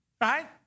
Right